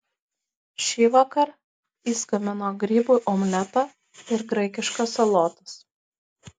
šįvakar jis gamino grybų omletą ir graikiškas salotas